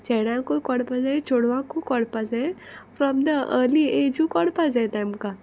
चेड्यांकूय कोडपा जाय चेडवांकूय कोडपा जाय फ्रोम द अर्ली एजू कोडपा जाय तेमकां